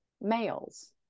males